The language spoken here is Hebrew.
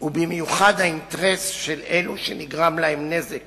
ובמיוחד האינטרס של אלו שנגרם להם נזק